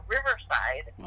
Riverside